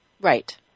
Right